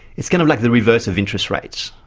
it's kind of like the reverse of interest rates.